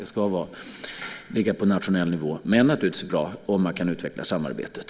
Det ska ligga på nationell nivå, men det är naturligtvis bra om man kan utveckla samarbetet.